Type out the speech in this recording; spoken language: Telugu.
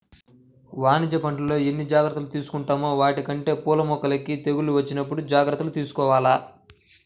వాణిజ్య పంటల్లో ఎన్ని జాగర్తలు తీసుకుంటామో వాటికంటే పూల మొక్కలకి తెగుళ్ళు వచ్చినప్పుడు జాగర్తలు తీసుకోవాల